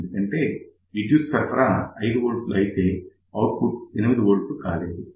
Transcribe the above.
ఎందుకంటే విద్యుత్ సరఫరా 5 V అయితే అవుట్పుట్ 8 V లేదు